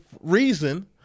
reason